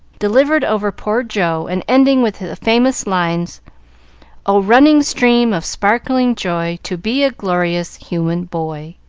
delivered over poor jo, and ending with the famous lines oh, running stream of sparkling joy, to be a glorious human boy!